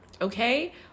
okay